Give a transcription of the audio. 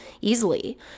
easily